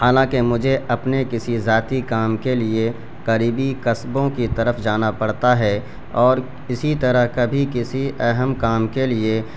حالانکہ مجھے اپنے کسی ذاتی کام کے لیے قریبی قصبوں کی طرف جانا پڑتا ہے اور اسی طرح کبھی کسی اہم کام کے لیے